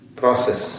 process